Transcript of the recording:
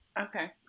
Okay